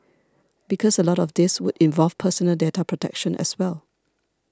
because a lot of this would involve personal data protection as well